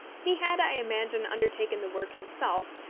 he had, i imagine, undertaken the work himself,